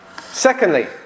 Secondly